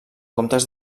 comptes